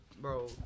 bro